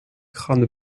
crâne